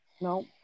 No